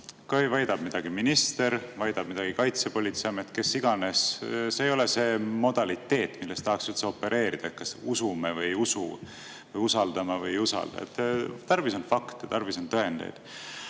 Kui väidab midagi minister, väidab midagi Kaitsepolitseiamet, kes iganes, siis see ei ole see modaliteet, milles tahaks üldse opereerida, kas usume või ei usu või usaldame või ei usalda. Tarvis on fakte, tarvis on tõendeid.